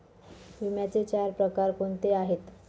विम्याचे चार प्रकार कोणते आहेत?